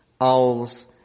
owls